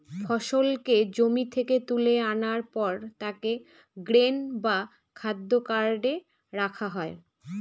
ফসলকে জমি থেকে তুলে আনার পর তাকে গ্রেন বা খাদ্য কার্টে রাখা হয়